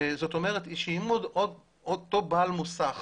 יכול להיות שאותו בעל מוסך